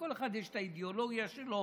לכל אחד יש את האידיאולוגיה שלו,